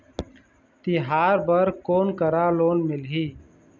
तिहार बर कोन करा लोन मिलही?